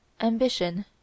ambition